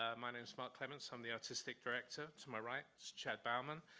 ah my name is mark clements, i'm the artistic director. to my right, it's chad bauman,